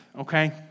okay